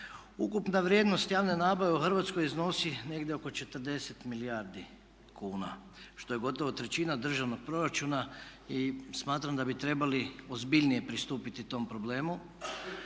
Ukupna vrijednost javne nabave u Hrvatskoj iznosi negdje oko 40 milijardi kuna što je gotovo trećina državnog proračuna i smatram da bi trebali ozbiljnije pristupiti tom problemu.